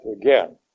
again